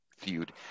feud